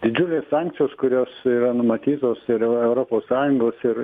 dvi sankcijos kurios yra numatytos ir europos sąjungos ir